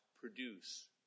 produce